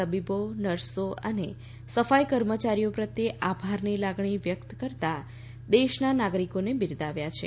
તબીબો નર્સો અને સફાઈ કર્મચારીઓ પ્રત્યે આભારની લાગણી વ્યક્ત કરતા દેશના નાગરિકોને બિરદાવ્યા છે